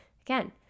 Again